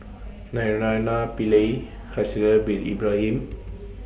Naraina Pillai Haslir Bin Ibrahim